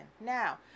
Now